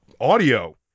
audio